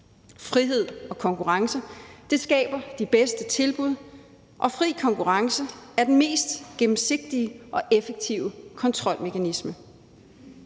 Frihed og konkurrence skaber de bedste tilbud, og fri konkurrence er den mest gennemsigtige og effektive kontrolmekanisme.